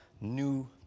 new